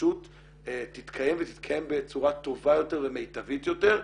הרשות תתקיים ותתקיים בצורה טובה יותר ומיטבית יותר.